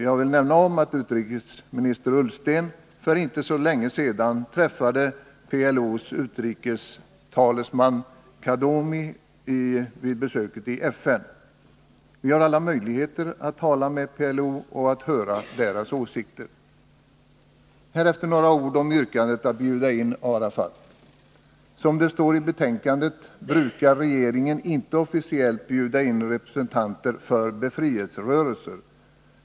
Jag vill nämna att utrikesminister Ullsten för inte så länge sedan träffade PLO:s talesman i utrikesfrågor, Farouk Khaddoumi, vid besöket i FN. Vi har alla möjligheter att tala med PLO och höra deras åsikter. Härefter några ord om yrkandet att bjuda in Yassir Arafat. Som det står i betänkandet brukar regeringen inte officiellt bjuda in representanter för befrielserörelser.